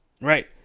Right